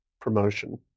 promotion